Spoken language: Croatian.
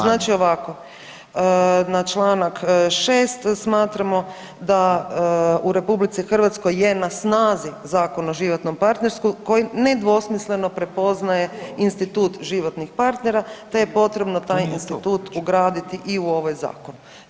Znači ovako na čl. 6. smatramo da u RH je na snazi Zakon o životnom partnerstvu koji ne dvosmisleno prepoznaje institut životnih partnera te je potrebno taj institut ugraditi i u ovaj zakon.